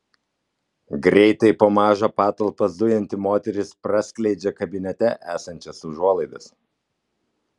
greitai po mažą patalpą zujanti moteris praskleidžia kabinete esančias užuolaidas